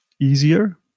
easier